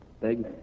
big